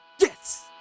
Yes